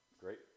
Great